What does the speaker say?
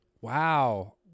Wow